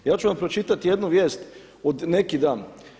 Ja ću vam pročitati jednu vijest od neki dan.